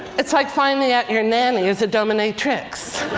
it's like finding out your nanny is a dominatrix.